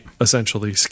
essentially